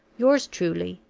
yours truly,